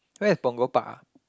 where is Punggol Park ah